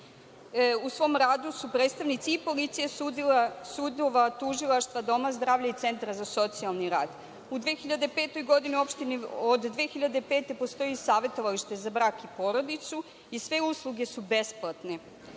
u svom radu su predstavnici i policija, tužilaštva, doma zdravlja i Centra za socijalni rad. Od 2005. godine postoji savetovalište za brak i porodicu i sve usluge su besplatne.